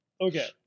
okay